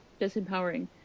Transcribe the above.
disempowering